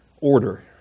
order